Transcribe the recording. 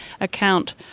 account